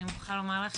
אני מוכרחה לומר לך,